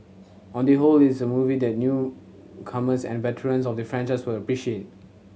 on the whole it's a movie that new comers and veterans of the franchise will appreciate